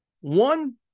one